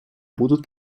будут